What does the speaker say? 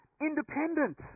independent